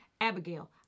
Abigail